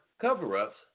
cover-ups